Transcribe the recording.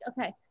okay